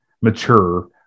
mature